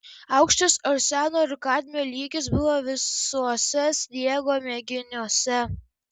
aukštas arseno ir kadmio lygis buvo visuose sniego mėginiuose